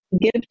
give